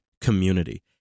community